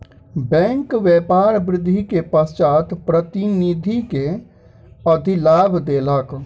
bank व्यापार वृद्धि के पश्चात प्रतिनिधि के अधिलाभ देलक